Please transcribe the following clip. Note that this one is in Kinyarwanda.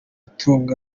guturamo